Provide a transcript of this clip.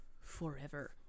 forever